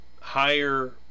higher